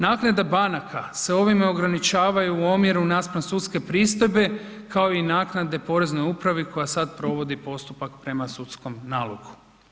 Naknada banaka se ovim ograničavaju u omjeru naspram sudske pristojbe kao i naknade Poreznoj upravi koja sad provodi postupak prema sudskom nalogu.